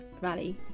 rally